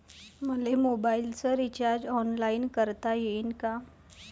मले मोबाईलच recharge online करता येईन का?